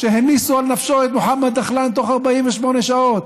שהניסו על נפשו את מוחמד דחלאן תוך 48 שעות,